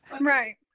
right